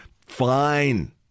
fine